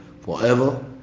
forever